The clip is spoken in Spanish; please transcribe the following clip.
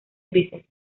grises